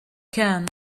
can